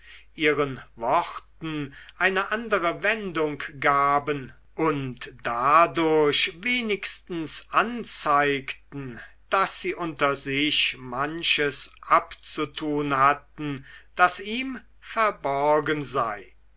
ihren worten eine andere wendung gaben und dadurch wenigstens anzeigten daß sie unter sich manches anzutun hatten das ihm verborgen sei